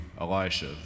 Elisha